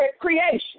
creation